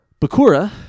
Bakura